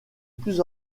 plus